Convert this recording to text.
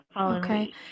Okay